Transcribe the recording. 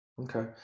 Okay